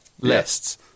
lists